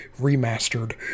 remastered